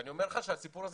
אני אומר לך שהסיפור הזה